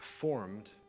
formed